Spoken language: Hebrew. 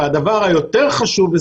והדבר היותר חשוב,